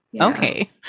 Okay